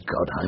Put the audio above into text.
God